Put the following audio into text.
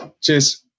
cheers